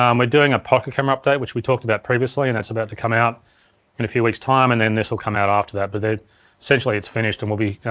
um we're doing a pocket camera update which we talked about previously and that's about to come out in a few weeks time, and then this'll come out after that. but essentially it's finished and we'll be,